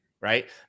right